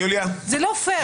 זה לא פייר.